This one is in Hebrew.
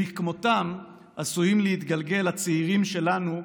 שלכמותם עשויים להתגלגל הצעירים שלנו,